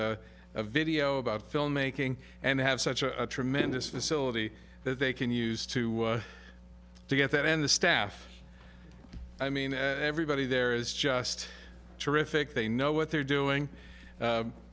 a video about filmmaking and have such a tremendous facility that they can use to to get that and the staff i mean everybody there is just terrific they know what they're doing